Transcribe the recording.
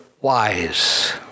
wise